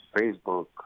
Facebook